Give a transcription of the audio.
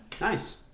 Nice